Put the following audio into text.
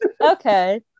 okay